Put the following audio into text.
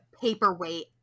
paperweight